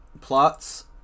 plots